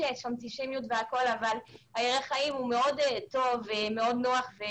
האנטישמיות היה מאוד טוב ונוח.